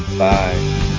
Bye